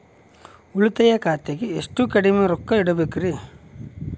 ಉಳಿತಾಯ ಖಾತೆಗೆ ಎಷ್ಟು ಕಡಿಮೆ ರೊಕ್ಕ ಇಡಬೇಕರಿ?